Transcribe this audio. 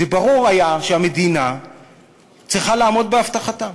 זה היה ברור שהמדינה צריכה לעמוד בהבטחתה,